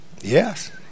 yes